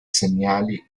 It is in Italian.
segnali